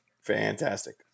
fantastic